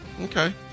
Okay